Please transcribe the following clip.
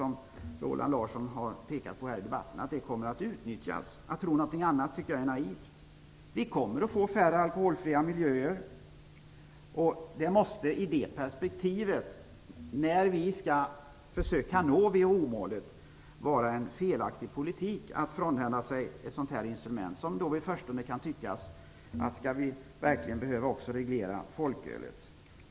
Som Roland Larsson har pekat på här i debatten kommer detta självfallet att utnyttjas. Att tro någonting annat vore naivt. Vi kommer att få färre alkoholfria miljöer. I perspektivet att vi skall försöka att nå WHO-målet måste det vara en felaktig politik att frånhända sig ett sådant här instrument. Man kan i förstone fråga sig om vi verkligen också skall behöva reglera folkölet.